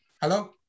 Hello